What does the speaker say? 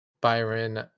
Byron